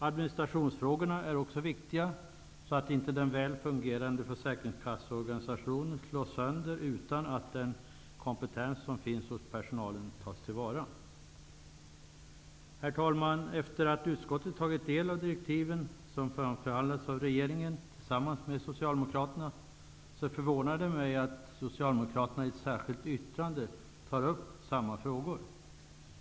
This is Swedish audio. Administrationsfrågorna är också viktiga så att inte den väl fungerande försäkringskasseorganisationen slås sönder utan att den kompetens som finns hos personalen tas tillvara. Herr talman! Utskottet har tagit del av de direktiv som framförhandlats av regeringen och Socialdemokraterna. Det förvånar mig att Socialdemokraterna i ett särskilt yttrande tar upp samma frågor.